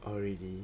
orh really